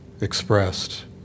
expressed